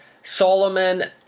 Solomon